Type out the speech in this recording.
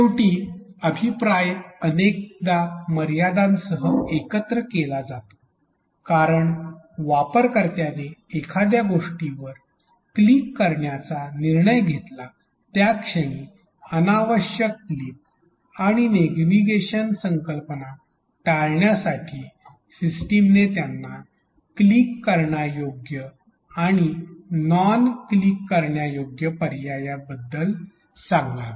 शेवटी अभिप्राय अनेकदा मर्यादांसह एकत्रित केला जातो कारण वापरकर्त्याने एखाद्या गोष्टीवर क्लिक करण्याचा निर्णय घेतला त्या क्षणी अनावश्यक क्लिक आणि नेव्हिगेशन कल्पना टाळण्यासाठी सिस्टमने त्यांना क्लिक करण्यायोग्य आणि नॉन क्लिक करण्यायोग्य पर्यायांबद्दल सांगावे